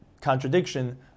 contradiction